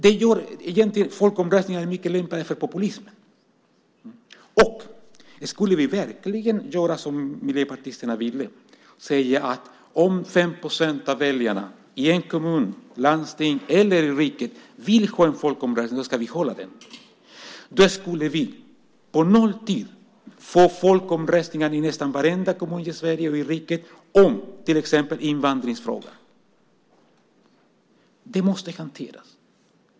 Folkomröstningar är egentligen mycket väl lämpade för populism. Om vi verkligen skulle göra som miljöpartisterna vill och säga att om 5 procent av väljarna i en kommun, ett landsting eller i riket vill ha en folkomröstning ska vi ha en så skulle vi på nolltid få folkomröstningar i nästan varenda kommun i Sverige och i riket om till exempel invandringsfrågan. Det måste hanteras.